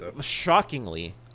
shockingly